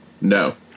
No